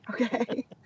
okay